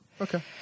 Okay